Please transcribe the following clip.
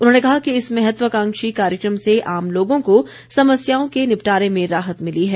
उन्होंने कहा कि इस महत्वाकांक्षी कार्यक्रम से आम लोगों को समस्याओं के निपटारे में राहत मिली है